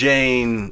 Jane